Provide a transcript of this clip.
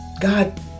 God